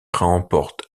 remporte